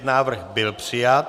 Návrh byl přijat.